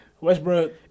Westbrook